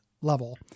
level